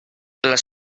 les